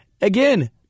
Again